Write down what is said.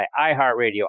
iHeartRadio